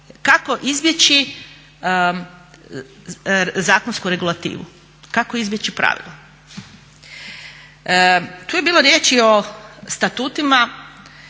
kako izbjeći zakonsku regulativu, kako izbjeći pravilo. Tu je bilo riječi i o statutima